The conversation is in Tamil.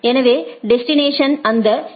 எனவே டெஸ்டினேஷன் அந்த ஏ